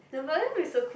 but that would be so cool